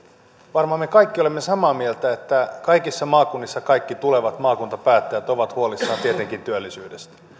varmaan me kaikki olemme samaa mieltä että kaikissa maakunnissa kaikki tulevat maakuntapäättäjät ovat tietenkin huolissaan työllisyydestä